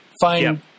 find